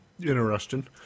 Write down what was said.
Interesting